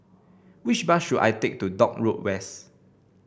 which bus should I take to Dock Road West